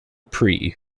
prix